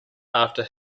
after